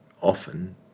often